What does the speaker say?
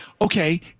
Okay